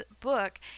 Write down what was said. book